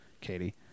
Katie